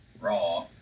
raw